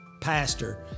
pastor